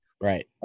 Right